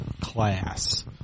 class